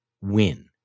win